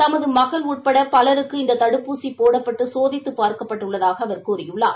தனது மகள் உட்பட பலருக்கு இந்த தடுப்பூசி போடப்பட்டு சோதித்துப் பார்க்கப்பட்டுள்ளதாக அவர் கூறியுள்ளார்